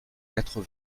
quatre